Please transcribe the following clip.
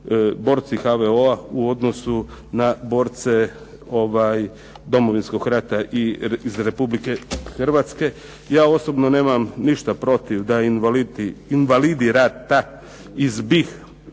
borci HVO-a u odnosu na borce Domovinskog rata iz Republike Hrvatske. Ja osobno nemam ništa protiv da invalidi rata iz BiH